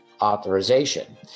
authorization